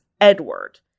Edward